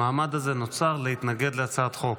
המעמד הזה נוצר להתנגד להצעת החוק.